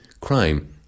crime